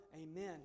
Amen